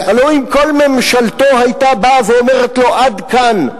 הלוא אם כל ממשלתו היתה באה ואומרת לו: עד כאן,